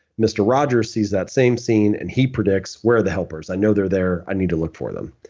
mr. rogers sees that same scene and he predicts, where are the helpers? i know they're there. i need to look for them.